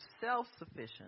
self-sufficient